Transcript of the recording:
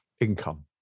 income